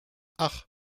ach